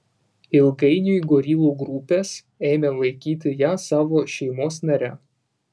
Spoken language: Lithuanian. ilgainiui gorilų grupės ėmė laikyti ją savo šeimos nare